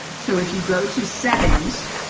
so, if you go to settings